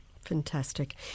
Fantastic